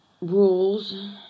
rules